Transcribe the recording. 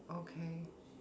okay